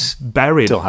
buried